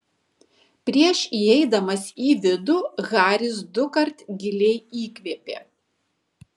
prieš įeidamas į vidų haris dukart giliai įkvėpė